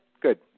good